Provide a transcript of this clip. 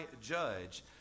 judge